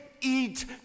eat